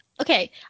Okay